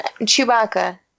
Chewbacca